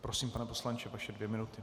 Prosím, pane poslanče, vaše dvě minuty.